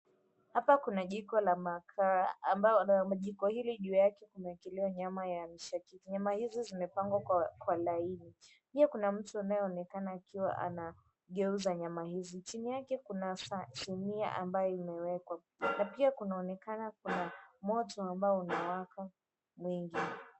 Hapa kuna jiko la makaa, ambalo jiko hili juu yake kumeelekelewa nyama ya mishikaki. Nyama hizi zimepangwa kwa laini. Pia kuna mtu anayeonekana akiwa anageuza nyama hizi. Chini yake kuna sinia ambayo imewekwa na pia kunaonekana kuna moto ambao unawaka mwingi.